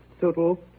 Total